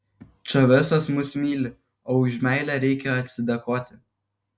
čavesas mus myli o už meilę reikia atsidėkoti